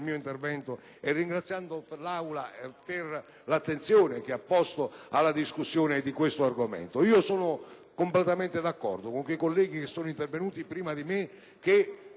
mio intervento e ringraziando l'Aula per l'attenzione che ha posto alla discussione di questo argomento, vorrei dire che sono completamente d'accordo con i colleghi intervenuti prima di me che